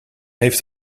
heeft